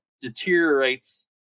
deteriorates